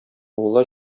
мулла